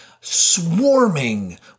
swarming